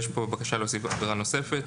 יש כאן בקשה להוסיף עבירה נוספת.